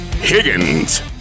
Higgins